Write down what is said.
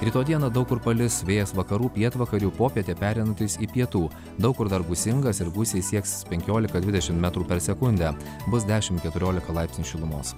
rytoj dieną daug kur palis vėjas vakarų pietvakarių popietę pereinantis į pietų daug kur dar gūsingas ir gūsiai sieks penkiolika dvidešimt metrų per sekundę bus dešim keturiolika laipsnių šilumos